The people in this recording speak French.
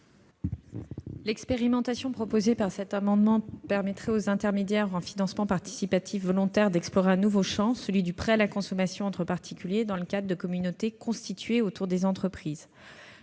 L'expérimentation proposée par les auteurs de cet amendement permettrait aux intermédiaires en financement participatif volontaires d'explorer un nouveau champ, celui du prêt à la consommation entre particuliers dans le cadre de communautés constituées autour des entreprises.